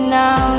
now